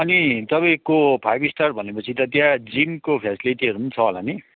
अनि तपाईँको five star भनेपछि त त्यहाँ जिमको फ्यासलिटिहरू पनि छ होला नि